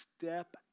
Step